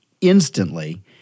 instantly